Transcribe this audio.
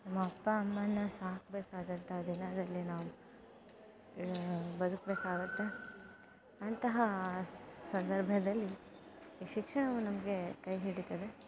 ನಮ್ಮ ಅಪ್ಪ ಅಮ್ಮನ್ನು ಸಾಕ್ಬೇಕಾದಂತಹ ದಿನದಲ್ಲಿ ನಾವು ಬದುಕಬೇಕಾಗುತ್ತೆ ಅಂತಹ ಸಂದರ್ಭದಲ್ಲಿ ಈ ಶಿಕ್ಷಣವು ನಮಗೆ ಕೈ ಹಿಡಿತದೆ